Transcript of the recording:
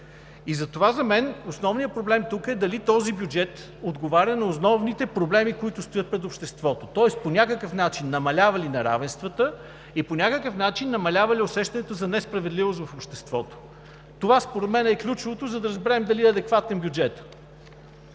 Затова за мен основният проблем тук е дали този бюджет отговаря на основните проблеми, които стоят пред обществото. Тоест по някакъв начин намалява ли неравенствата и по някакъв начин намалява ли усещането за несправедливост в обществото? Това според мен е ключовото, за да разберем дали е адекватен бюджетът.